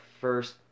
first